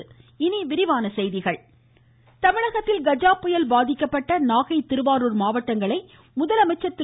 முதலமைச்சர் தமிழகத்தில் கஜா புயல் பாதிக்கப்பட்ட நாகை திருவாரூர் மாவட்டங்களை முதலமைச்சர் திரு